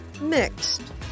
mixed